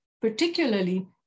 particularly